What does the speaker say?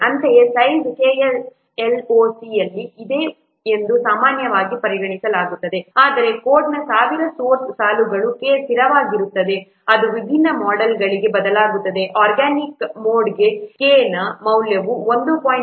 ಅಂತೆಯೇ size KSLOC ಯಲ್ಲಿ ಇದೆ ಎಂದು ಸಾಮಾನ್ಯವಾಗಿ ಪರಿಗಣಿಸಲಾಗುತ್ತದೆ ಅಂದರೆ ಕೋಡ್ನ 1000 ಸೋರ್ಸ್ ಸಾಲುಗಳು k ಸ್ಥಿರವಾಗಿರುತ್ತದೆ ಅದು ವಿಭಿನ್ನ ಮೋಡೆಲ್ಗಳಿಗೆ ಬದಲಾಗುತ್ತದೆ ಆರ್ಗ್ಯಾನಿಕ್ ಮೋಡ್ಗೆ k ನ ಮೌಲ್ಯವು 1